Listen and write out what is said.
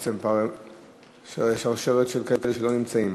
בעצם שרשרת של כאלה שלא נמצאים.